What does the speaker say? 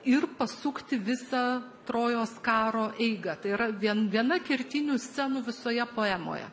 ir pasukti visą trojos karo eigą tai yra vien viena kertinių scenų visoje poemoje